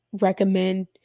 recommend